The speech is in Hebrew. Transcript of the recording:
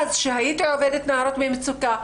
אז כשהייתי עובדת עם נערות במצוקה,